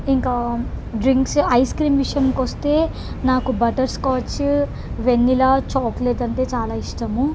ఇంకా drinks ice cream విషయంకు వస్తే నాకు బటర్స్కాచ్చు వెనిలా చాక్లెట్ అంటే చాలా ఇష్టము